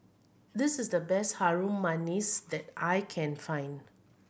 this is the best Harum Manis that I can find